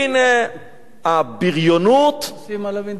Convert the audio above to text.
והנה, הבריונות, עושים עליו אינתיפאדה.